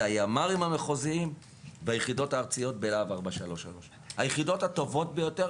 זה הימ"רים המחוזיים ביחידות הארציות בלהב 433. היחידות הטובות ביותר,